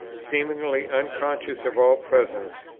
seemingly unconscious of all presences,